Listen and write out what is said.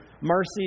mercy